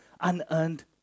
unearned